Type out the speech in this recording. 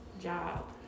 job